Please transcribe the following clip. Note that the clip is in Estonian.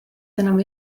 tänavu